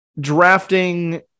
drafting